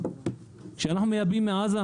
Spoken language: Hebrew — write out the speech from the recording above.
כשאנחנו מייבאים מעזה,